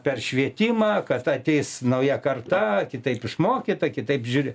per švietimą kad ateis nauja karta kitaip išmokyta kitaip žiūri